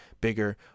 bigger